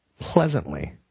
pleasantly